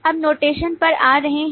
अब नोटेशन पर आ रहे हैं